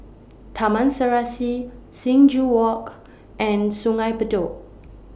Taman Serasi Sing Joo Walk and Sungei Bedok